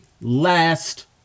last